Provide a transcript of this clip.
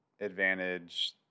advantage